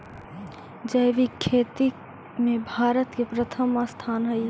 जैविक खेती में भारत के प्रथम स्थान हई